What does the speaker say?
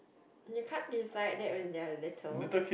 you can't decide that when they are little